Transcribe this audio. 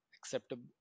acceptable